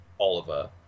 Oliver